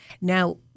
Now